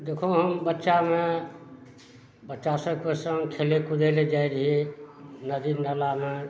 देखु हम बच्चामे बच्चा सभके सङ्ग खेलय कुदय लै जाइ रहियै नदी नालामे